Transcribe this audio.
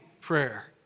prayer